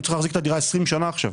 הוא צריך להחזיק את הדירה 20 שנה עכשיו.